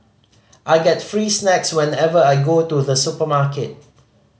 I get free snacks whenever I go to the supermarket